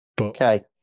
Okay